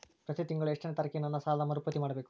ಪ್ರತಿ ತಿಂಗಳು ಎಷ್ಟನೇ ತಾರೇಕಿಗೆ ನನ್ನ ಸಾಲದ ಮರುಪಾವತಿ ಮಾಡಬೇಕು?